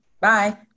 bye